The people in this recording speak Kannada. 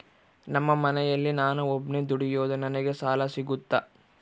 ನಮ್ಮ ಮನೆಯಲ್ಲಿ ನಾನು ಒಬ್ಬನೇ ದುಡಿಯೋದು ನನಗೆ ಸಾಲ ಸಿಗುತ್ತಾ?